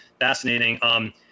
fascinating